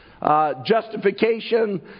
justification